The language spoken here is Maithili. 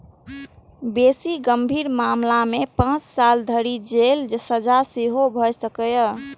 बेसी गंभीर मामला मे पांच साल धरि जेलक सजा सेहो भए सकैए